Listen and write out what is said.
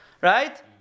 Right